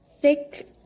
thick